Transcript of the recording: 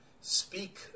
speak